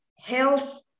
health